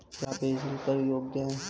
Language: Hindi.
क्या प्रेषण कर योग्य हैं?